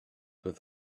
with